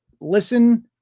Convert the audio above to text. listen